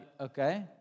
okay